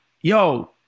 yo